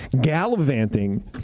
gallivanting